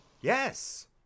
Yes